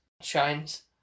shines